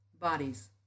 bodies